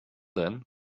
then